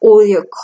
Audio